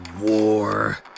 war